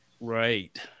Right